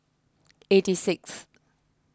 eighty sixth